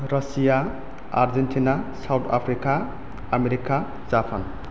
Russia Argentina South Africa America Japan